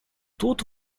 тут